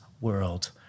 world